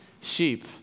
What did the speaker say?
sheep